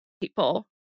people